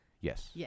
yes